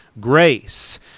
grace